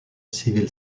civil